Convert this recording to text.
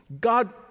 God